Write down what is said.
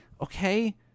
okay